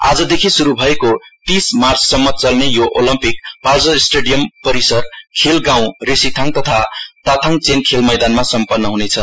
आजदेखि शुरु भएको तीस मार्चसम्म चल्ने यो ओलम्पिक पालजर स्टेडीयम परिसर खेल गाउँ रेशीथाङ तथा ताथाङचेन खेल मैदानमा सम्पन्न हुनेछ